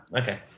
okay